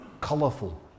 colourful